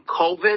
COVID